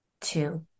two